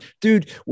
Dude